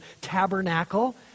tabernacle